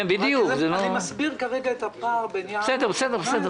אני מסביר כרגע את הפער בין ינואר 2018